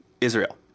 Israel